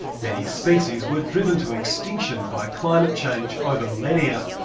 many species were driven to extinction by climate change over millennia,